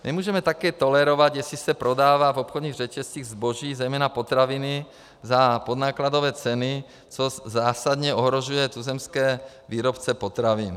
Nemůžeme také tolerovat, jestli se prodává v obchodních řetězcích zboží, zejména potraviny, za podnákladové ceny, což zásadně ohrožuje tuzemské výrobce potravin.